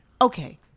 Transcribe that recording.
Okay